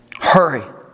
Hurry